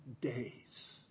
days